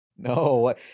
No